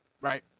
Right